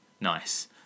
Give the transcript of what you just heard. nice